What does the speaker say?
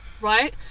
right